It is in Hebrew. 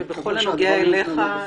ובכל הנוגע אליך,